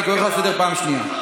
אני קורא אותך לסדר פעם שנייה.